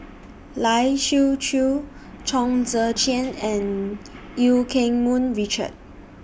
Lai Siu Chiu Chong Tze Chien and EU Keng Mun Richard